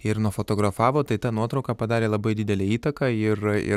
ir nufotografavo tai ta nuotrauka padarė labai didelę įtaką ir ir